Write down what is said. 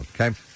Okay